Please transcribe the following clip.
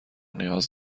نیاز